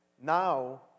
Now